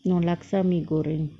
no laksa mee goreng